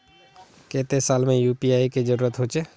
केते साल में यु.पी.आई के जरुरत होचे?